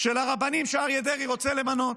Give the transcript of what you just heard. של הרבנים שאריה דרעי רוצה למנות.